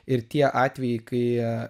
ir tie atvejai kai